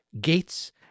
Gates